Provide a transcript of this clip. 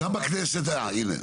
אה הנה,